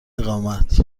اقامت